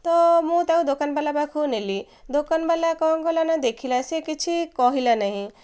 ତ ମୁଁ ତାକୁ ଦୋକାନବାଲା ପାଖକୁ ନେଲି ଦୋକାନବାଲା କ'ଣ କଲା ନା ଦେଖିଲା ସେ କିଛି କହିଲା ନାହିଁ